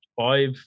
Five